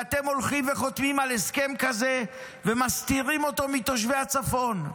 ואתם הולכים וחותמים על הסכם כזה ומסתירים אותו מתושבי הצפון.